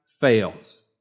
fails